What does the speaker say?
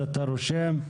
הכול.